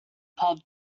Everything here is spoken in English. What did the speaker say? pub